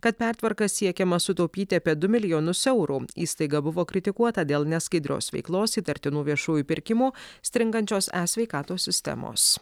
kad pertvarka siekiama sutaupyti apie du milijonus eurų įstaiga buvo kritikuota dėl neskaidrios veiklos įtartinų viešųjų pirkimų stringančios e sveikatos sistemos